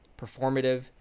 performative